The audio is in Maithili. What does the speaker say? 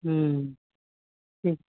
ठीक